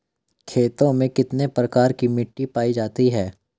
खेतों में कितने प्रकार की मिटी पायी जाती हैं?